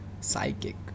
psychic